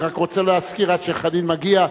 רק עד שחנין מגיע,